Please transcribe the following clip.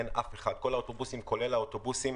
כולל האוטובוסים